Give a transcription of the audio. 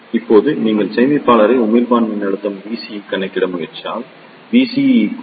இப்போது நீங்கள் சேகரிப்பாளரை உமிழ்ப்பான் மின்னழுத்தம் VCE க்கு கணக்கிட முயற்சித்தால்